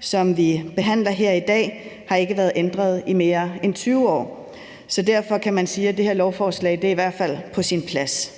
som vi behandler her i dag, har ikke været ændret i mere end 20 år. Så derfor kan man sige, at det her lovforslag i hvert fald er på sin plads.